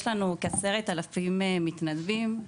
יש לנו כ-10,000 מתנדבים.